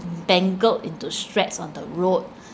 tangled into straps on the road